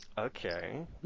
Okay